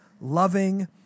loving